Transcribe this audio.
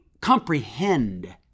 comprehend